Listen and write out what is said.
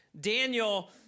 Daniel